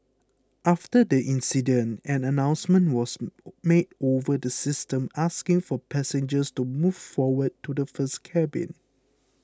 after the incident an announcement was made over the systems asking for passengers to move forward to the first cabin